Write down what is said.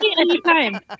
anytime